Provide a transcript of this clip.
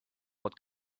what